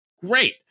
Great